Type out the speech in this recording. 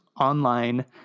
online